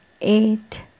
eight